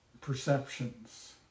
perceptions